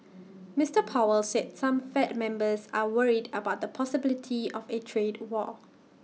Mister powell said some fed members are worried about the possibility of A trade war